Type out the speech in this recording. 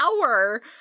hour